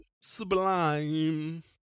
sublime